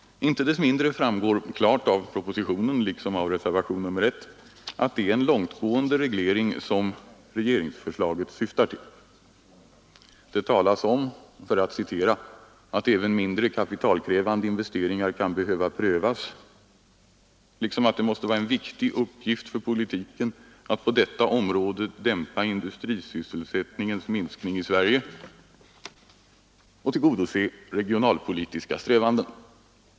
Icke desto mindre framgår klart av propositionen, liksom av reservationen 1, att det är en långtgående reglering som regeringsförslaget syftar till. Det talas om att även mindre kapitalkrävande investeringar kan behöva prövas liksom att det måste vara en viktig uppgift för politiken att på detta område dämpa industrisysselsättningens minskning i Sverige och tillgodose de regionalpolitiska strävandena.